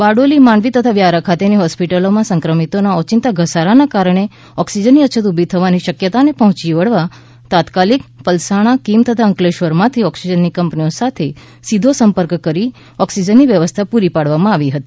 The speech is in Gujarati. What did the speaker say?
બારડોલી માંડવી તથા વ્યારા ખાતેની હોસ્પિટલોમા સંક્રમિતોના ઓચિંતા ઘસારાના કારણે ઓક્સિજનની અછત ઉભી થવાની શકયતાને પહોંચી વળવા તાત્કાલિક પલસાણા કિમ તથા અંકલેશ્વરમાંથી ઓક્સિજનની કંપનીઓ સાથે સીધો સંપર્ક કરી ઓક્સિજનની વ્યવસ્થા પૂરી પાડવામાં આવી હતી